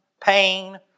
pain